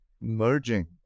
merging